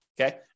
okay